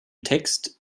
text